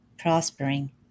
prospering